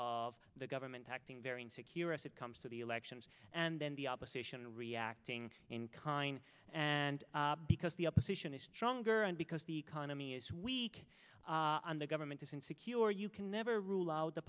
of the government acting very insecure as it comes to the elections and then the opposition reacting in kind and because the opposition is stronger and because the economy is weak and the government is insecure you can never rule out the